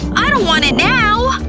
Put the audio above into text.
i don't want it now.